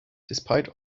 despite